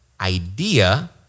idea